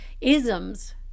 isms